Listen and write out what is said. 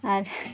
আর